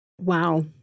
Wow